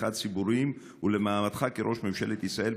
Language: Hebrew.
הציבוריים ולמעמדך כראש ממשלת ישראל,